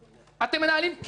מנהלים כסף.